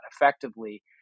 effectively